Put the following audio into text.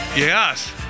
Yes